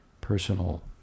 personal